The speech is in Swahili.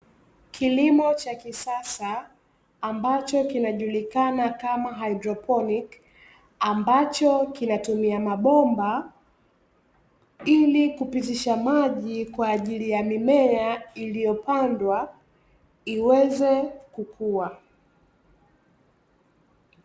Kilimo cha kisasa ambacho kinajulikana kama haidroponik, ambacho kinatumia mabomba ili kupitisha maji kwa ajili ya mimea iliyopandwa iweze kukua.